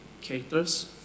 caters